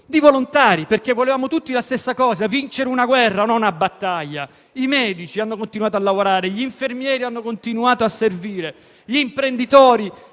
di volontari (perché volevamo tutti la stessa cosa: vincere una guerra, non una battaglia), i medici hanno continuato a lavorare, gli infermieri hanno continuato a servire e gli imprenditori